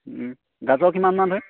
গাজৰ কিমানমান ধৰিম